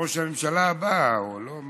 ראש הממשלה הבא או לא?